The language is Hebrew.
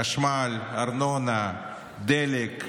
חשמל, ארנונה, דלק,